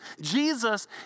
Jesus